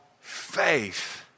faith